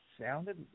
sounded